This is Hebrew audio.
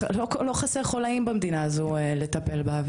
לא חסרים חוליים במדינה שלנו לטפל בהם,